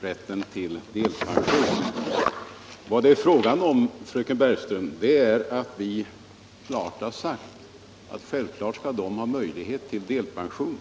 rätten till delpension. Vi har, fröken Bergström, klart sagt ifrån att dessa personer självfallet skall ha möjlighet till delpension.